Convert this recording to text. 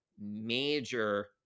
major